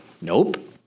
Nope